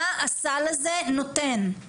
מה הסל הזה נותן?